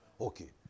Okay